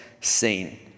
seen